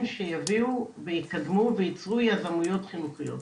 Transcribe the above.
שיביאו ויקדמו וייצרו יזמויות חינוכיות.